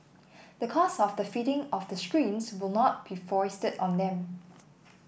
the cost of the fitting of the screens will not be foisted on them